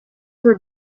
were